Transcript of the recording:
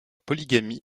polygamie